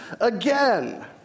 again